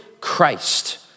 Christ